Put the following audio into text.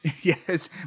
Yes